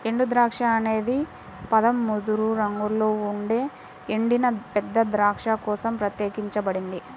ఎండుద్రాక్ష అనే పదం ముదురు రంగులో ఉండే ఎండిన పెద్ద ద్రాక్ష కోసం ప్రత్యేకించబడింది